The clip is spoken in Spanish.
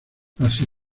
hacia